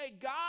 God